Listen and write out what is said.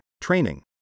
training